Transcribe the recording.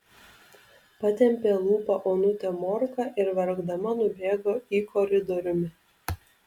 patempė lūpą onutė morka ir verkdama nubėgo į koridoriumi